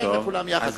לכולם יחד, טוב.